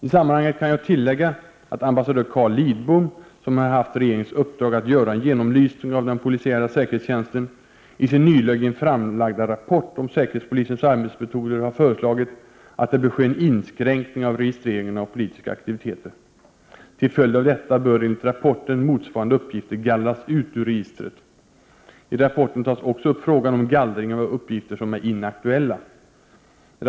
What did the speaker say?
I sammanhanget kan jag tillägga att ambassadör Carl Lidbom — som har haft regeringens uppdrag att göra en genomlysning av den polisiära säkerhetstjänsten — i sin nyligen framlagda rapport om säkerhetspolisens arbetsmetoder har föreslagit att det bör ske en inskränkning av registreringen av politiska aktiviteter. Till följd av detta bör enligt rapporten motsvarande uppgifter gallras ut ur registret. I rapporten tas också frågan om gallring av uppgifter som är inaktuella upp.